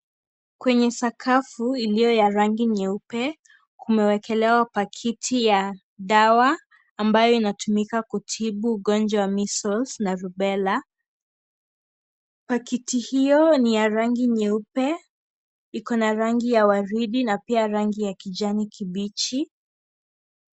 Kwenye sakafu iliyo ya rangi nyeupe, kumewekelewa pakiti ya dawa ambayo inatumika kutibu ugonjwa wa measles na [Rubella . Pakiti hiyo ni ya rangi nyeupe, iko na rangi ya waridi na pia rangi ya kijani kibichi.